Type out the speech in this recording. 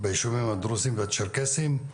בישובים הדרוזים והצ'רקסיים.